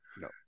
no